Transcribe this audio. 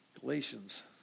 Galatians